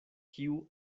kiu